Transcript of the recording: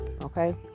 Okay